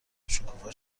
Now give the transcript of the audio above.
شکوفا